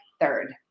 third